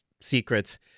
secrets